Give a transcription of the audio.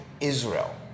israel